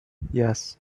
yes